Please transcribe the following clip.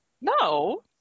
No